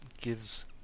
gives